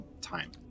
time